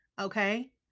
Okay